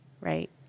Right